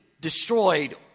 destroyed